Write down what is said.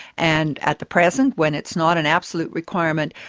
and at the present, when it's not an absolute requirement,